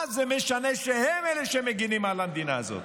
מה זה משנה שהם אלה שמגינים על המדינה הזאת?